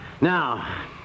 Now